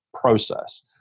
process